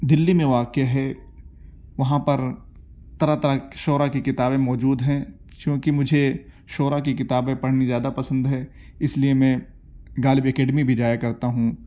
دلّی میں واقع ہے وہاں پر طرح طرح شعراء کی کتابیں موجود ہیں چونکہ مجھے شعراء کی کتابیں پڑھنی زیادہ پسند ہے اس لیے میں غالب اکیڈمی بھی جایا کرتا ہوں